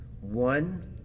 one